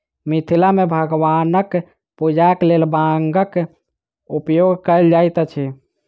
मिथिला मे भगवानक पूजाक लेल बांगक उपयोग कयल जाइत अछि